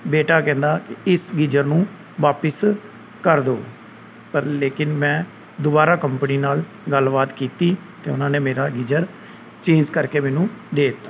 ਬੇਟਾ ਕਹਿੰਦਾ ਇਸ ਗੀਜ਼ਰ ਨੂੰ ਵਾਪਸ ਕਰ ਦਿਉ ਪਰ ਲੇਕਿਨ ਮੈਂ ਦੁਬਾਰਾ ਕੰਪਨੀ ਨਾਲ ਗੱਲਬਾਤ ਕੀਤੀ ਅਤੇ ਉਹਨਾਂ ਨੇ ਮੇਰਾ ਗੀਜ਼ਰ ਚੇਂਜ ਕਰਕੇ ਮੈਨੂੰ ਦੇ ਦਿੱਤਾ